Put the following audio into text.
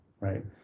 right